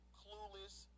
clueless